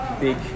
big